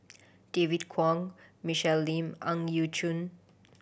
David Kwo Michelle Lim Ang Yau Choon